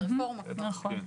נכון,